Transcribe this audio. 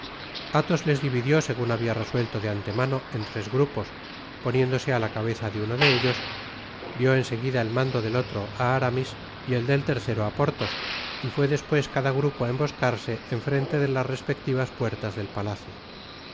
athos les dividió segun habia resuelto de antemano en tres grupos poniéndose á la cabeza de uno de ellos dió en seguida el mando del otro á aramis y el del tercero á porthos y fué despues cada grupo á emboscarse en frente de las respectivas puertas del palacio